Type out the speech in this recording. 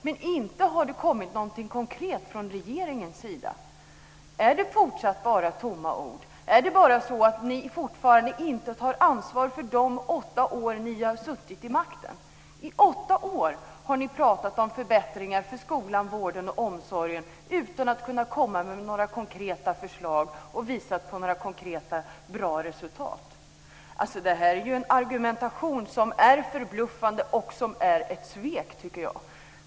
Men inte har det kommit någonting konkret från regeringens sida! Är det fortsatt bara tomma ord? Är det så att ni fortfarande inte tar ansvar för de åtta år ni har suttit vid makten? I åtta år har ni pratat om förbättringar för skolan, vården och omsorgen - utan att kunna komma med några konkreta förslag, och utan att kunna visa på några konkreta och bra resultat. Det här är en argumentation som är förbluffande och som är ett svek, tycker jag.